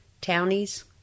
Townies